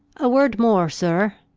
a word more. sir,